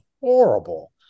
horrible